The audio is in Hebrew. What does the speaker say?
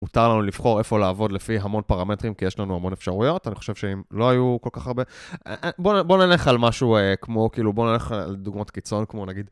מותר לנו לבחור איפה לעבוד לפי המון פרמטרים, כי יש לנו המון אפשרויות, אני חושב שאם לא היו כל כך הרבה. בוא, בוא נלך על משהו אה... כמו, כאילו בואו נלך על דוגמאות קיצון, כמו נגיד...